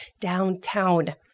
downtown